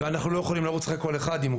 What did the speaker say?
אנחנו לא יכולים לרוץ אחרי כל אחד אם הוא